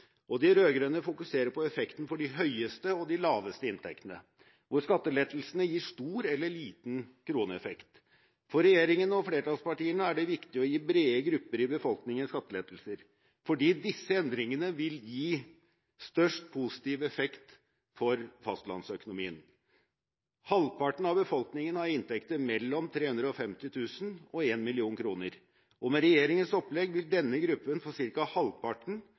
tema. De rød-grønne fokuserer på effekten for de høyeste og laveste inntektene, hvor skattelettelsene gir stor eller liten kroneeffekt. For regjeringen og flertallspartiene er det viktig å gi brede grupper i befolkningen skattelettelser fordi disse endringene vil gi størst positiv effekt for fastlandsøkonomien. Halvparten av befolkningen har inntekter mellom 350 000 og 1 mill. kr. Med regjeringens opplegg vil denne gruppen få ca. halvparten